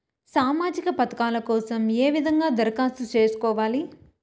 సామాజిక పథకాల కోసం ఏ విధంగా దరఖాస్తు సేసుకోవాలి